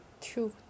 two